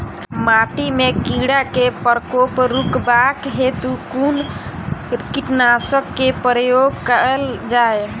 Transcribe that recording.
माटि मे कीड़ा केँ प्रकोप रुकबाक हेतु कुन कीटनासक केँ प्रयोग कैल जाय?